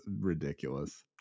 ridiculous